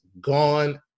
gone